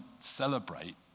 celebrate